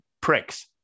pricks